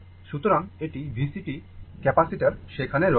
সুতরাং এটি VCt capacitor সেখানে রয়েছে